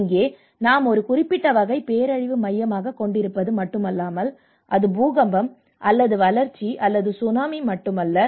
இங்கே நாம் ஒரு குறிப்பிட்ட வகை பேரழிவை மையமாகக் கொண்டிருப்பது மட்டுமல்லாமல் அது பூகம்பம் அல்லது வறட்சி அல்லது சுனாமி மட்டுமல்ல